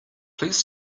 please